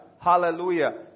hallelujah